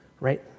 right